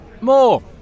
More